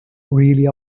really